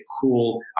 cool